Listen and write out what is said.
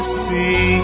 see